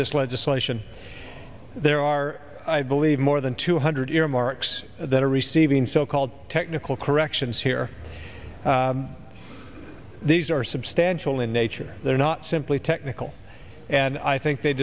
this legislation there are i believe more than two hundred earmarks that are receiving so called technical corrections here these are substantial in nature they're not simply technical and i think they